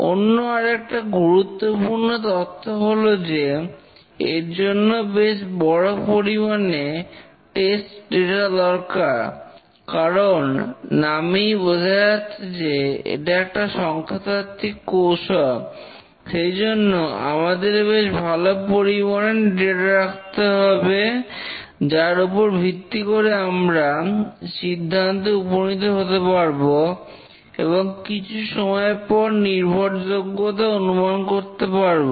অন্য আর একটা গুরুত্বপূর্ণ তথ্য হলো যে এর জন্য বেশ বড় পরিমাণে টেস্ট ডেটা দরকার কারণ নামেই বোঝা যাচ্ছে যে এটা একটা সংখ্যাতাত্ত্বিক কৌশল সেই জন্য আমাদের বেশ ভালো পরিমাণে ডেটা রাখতে হবে যার উপর ভিত্তি করে আমরা সিদ্ধান্তে উপনীত হতে পারব এবং কিছু সময় পর নির্ভরযোগ্যতা অনুমান করতে পারব